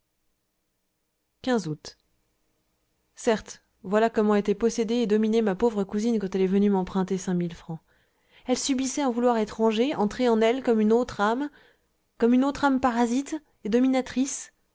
août certes voilà comment était possédée et dominée ma pauvre cousine quand elle est venue m'emprunter cinq mille francs elle subissait un vouloir étranger entré en elle comme une autre âme comme une autre âme parasite et dominatrice